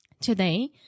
today